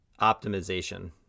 optimization